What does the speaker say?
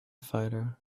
fighter